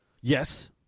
Yes